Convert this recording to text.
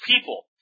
people